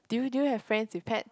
do you do you have friend with pet